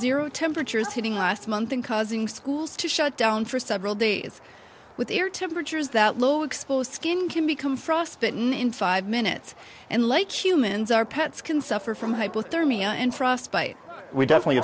zero temperatures hitting last month and causing schools to shut down for several days with air temperatures that low exposed skin can become frostbitten in five minutes and like humans our pets can suffer from hypothermia